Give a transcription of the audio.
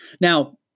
Now